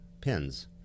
pins